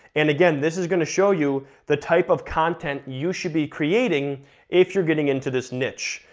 and again, this is gonna show you the type of content you should be creating if you're getting into this niche.